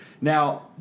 Now